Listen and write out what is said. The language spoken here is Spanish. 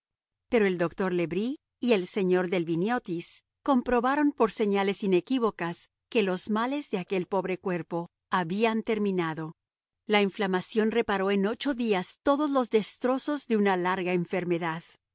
pero el doctor le bris y el señor delviniotis comprobaron por señales inequívocas que los males de aquel pobre cuerpo habían terminado la inflamación reparó en ocho días todos los destrozos de una larga enfermedad